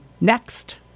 next